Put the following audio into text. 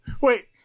wait